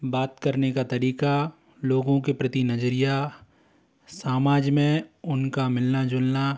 बात करने का तरीका लोगों के प्रति नजरिया सामाज में उनका मिलना जुलना